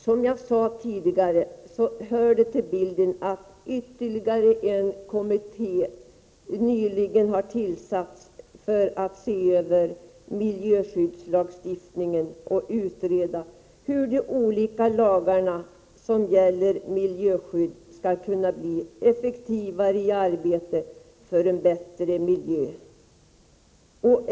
Som jag tidigare sade hör det till bilden att ytterligare en kommitté nyligen har tillsatts för att se över miljöskyddslagstiftningen och utreda hur de olika lagarna som gäller miljöskydd skall bli effektivare verktyg i arbetet för en bättre miljö.